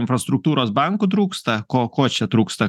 infrastruktūros bankų trūksta ko ko čia trūksta